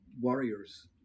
warriors